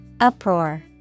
Uproar